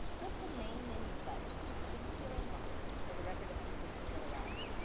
click the main menu button to see your inbox where the record of completion will arrive.